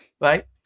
Right